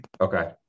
Okay